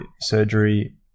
surgery